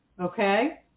okay